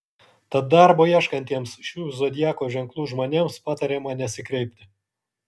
tad darbo ieškantiems šių zodiako ženklų žmonėms patariama nesikreipti